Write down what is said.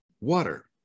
water